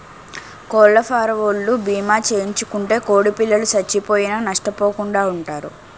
కోళ్లఫారవోలు భీమా చేయించుకుంటే కోడిపిల్లలు సచ్చిపోయినా నష్టపోకుండా వుంటారు